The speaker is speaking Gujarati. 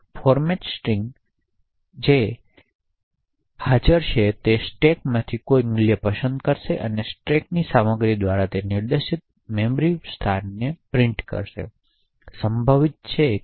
ફોર્મેટ નિર્દિષ્ટ કે જે સ્ટ્રિંગમાં હાજર છે તે આ સ્ટેકમાંથી કોઈ મૂલ્ય પસંદ કરશે અને સ્ટેકની તે સામગ્રી દ્વારા નિર્દેશિત મેમરી સ્થાનની સામગ્રીને પ્રિન્ટ કરશે